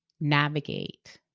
navigate